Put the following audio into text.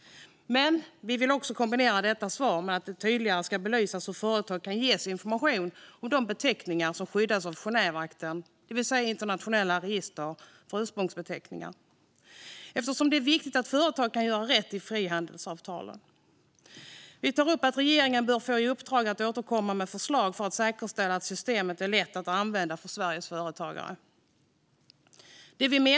Men vi vill också kombinera detta svar med att det tydligare ska belysas hur företag kan ges information om de beteckningar som skyddas av Genèveakten om internationella register över ursprungsbeteckningar, för det är viktigt att företag kan göra rätt i frihandelsavtalen. Vi tar upp att regeringen bör få i uppdrag att återkomma med förslag för att säkerställa att systemet är lätt att använda för Sveriges företagare.